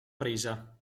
presa